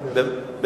אפשר להשיב?